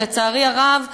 ולצערי הרב,